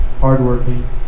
hardworking